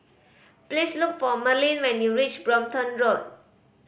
please look for Merlin when you reach Brompton Road